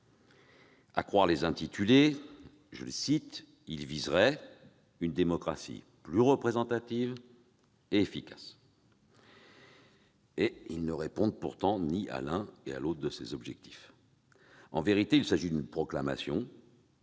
en croire leurs intitulés, ils viseraient une « démocratie plus représentative et efficace ». Ils ne répondent pourtant ni à l'un ni à l'autre de ces objectifs. En vérité, cette proclamation